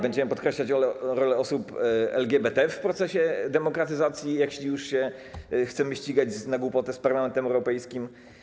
Będziemy podkreślać rolę osób LGBT w procesie demokratyzacji, jeśli już się chcemy ścigać na głupotę z Parlamentem Europejskim?